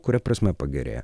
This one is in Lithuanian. kuria prasme pagerėja